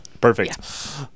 Perfect